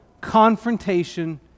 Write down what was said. confrontation